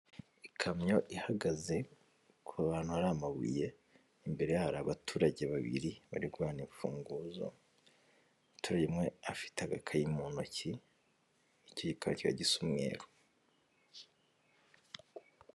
Ikamyo ihagaze ku bantu ari amabuye imbere hari abaturage babiri bari hunana imfunguzo turimo afite agakayi mu ntoki ikika gisa umweru.